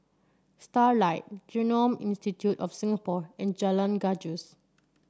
Starlight Genome Institute of Singapore and Jalan Gajus